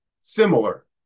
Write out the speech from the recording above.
similar